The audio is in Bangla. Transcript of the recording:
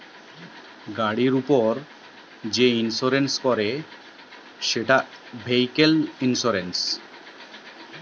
গাড়ির উপর যে ইন্সুরেন্স করে সেটা ভেহিক্যাল ইন্সুরেন্স